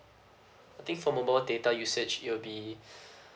I think for mobile data usage it'll be